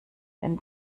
wenn